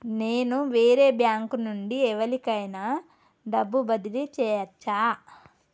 నేను వేరే బ్యాంకు నుండి ఎవలికైనా డబ్బు బదిలీ చేయచ్చా?